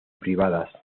privadas